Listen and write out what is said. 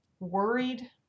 Worried